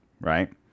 right